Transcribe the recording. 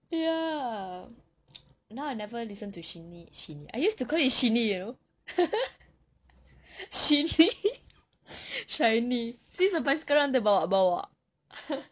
ya now I never listen to shinee shinee I used to call it shinee you know shinee shiny see sampai sekarang dia bawa bawa